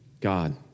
God